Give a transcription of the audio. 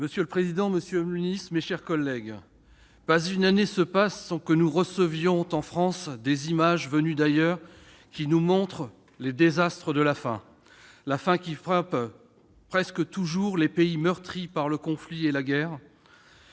Monsieur le président, monsieur le ministre, mes chers collègues, pas une année ne passe sans que nous ne recevions des images venues d'ailleurs montrant les désastres de la faim. La faim frappe presque toujours les pays meurtris par les conflits et les guerres.